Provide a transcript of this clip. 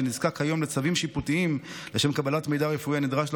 שנזקק כיום לצווים שיפוטיים לשם קבלת מידע רפואי הנדרש לו